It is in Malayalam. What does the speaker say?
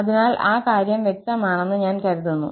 അതിനാൽ ആ കാര്യം വ്യക്തമാണെന്ന് ഞാൻ കരുതുന്നു